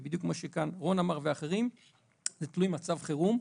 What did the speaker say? בדיוק מה שרון אמר כאן ואחרים זה תלוי מצב חירום,